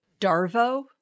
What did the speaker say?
DARVO